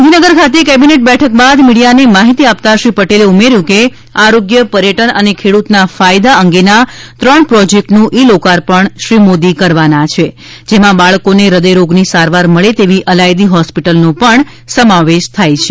ગાંધીનગર ખાતે કેબિનેટ બેઠક બાદ મીડિયાને માહિતી આપતા શ્રી પટેલે ઉમેર્યું હતું કે આરોગ્ય પર્યટન અને ખેડૂતના ફાયદા અંગેના ત્રણ પ્રોજેકટનું ઈ લોકાર્પણ શ્રી મોદી કરવાના છે જેમાં બાળકોને હૃદયરોગની સારવાર મળે તેવી અલાયદી હોસ્પિટલનો પણ સમાવેશ થાય છે